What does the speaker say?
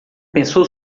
pensou